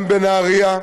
גם בנהריה,